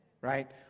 right